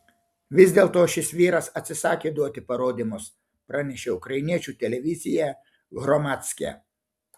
vis dėlto šis vyras atsisakė duoti parodymus pranešė ukrainiečių televizija hromadske